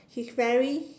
she's very